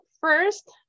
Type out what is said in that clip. first